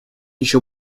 еще